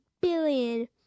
billion